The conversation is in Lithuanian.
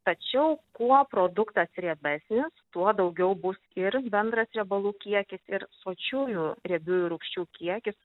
tačiau kuo produktas riebesnis tuo daugiau bus ir bendras riebalų kiekis ir sočiųjų riebiųjų rūgščių kiekis